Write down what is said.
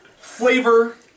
flavor